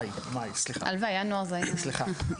מאי, סליחה.